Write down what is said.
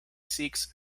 seeks